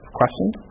questions